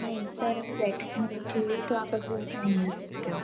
नहीं सर अभी बैठक में बैठे हुए तो आप अभी उनसे नहीं मिल सकते हो